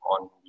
on